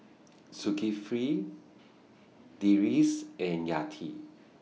Zulkifli Idris and Yati